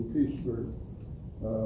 Pittsburgh